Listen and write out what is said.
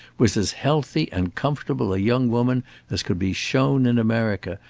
was as healthy and comfortable a young woman as could be shown in america,